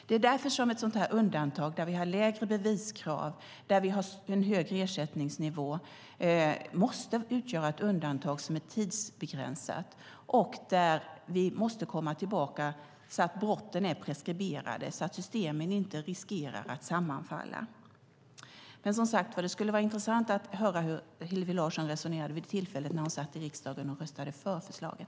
Det är därför som ett sådant här undantag där vi har lägre beviskrav och en högre ersättningsnivå måste vara tidsbegränsat och där vi måste komma tillbaka när brotten är preskriberade så att systemen inte riskerar att sammanfalla. Men det skulle, som sagt, vara intressant att höra hur Hillevi Larsson resonerade vid det tillfälle när hon satt i riksdagen och röstade för förslaget.